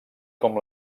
com